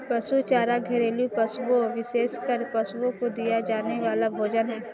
पशु चारा घरेलू पशुओं, विशेषकर पशुओं को दिया जाने वाला भोजन है